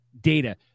data